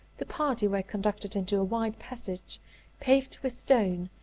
the party were conducted into a wide passage paved with stone,